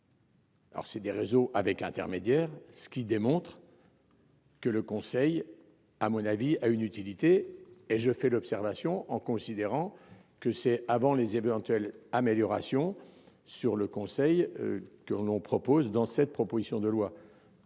Alors c'est des réseaux avec intermédiaire ce qui démontre. Que le Conseil. À mon avis a une utilité et je fais l'observation, en considérant que c'est avant les éventuelles améliorations sur le conseil qu'on nous propose, dans cette proposition de loi.